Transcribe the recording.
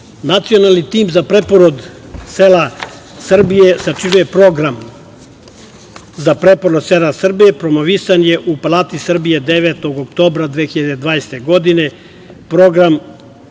Nacionalni tim za preporod sela Srbije sačinio je program za preporod sela Srbije. promovisan je u Palati Srbije 9. oktobra 2020. godine. Program